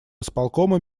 исполкома